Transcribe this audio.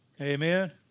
Amen